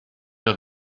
oedd